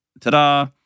ta-da